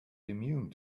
immune